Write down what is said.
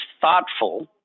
thoughtful